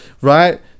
Right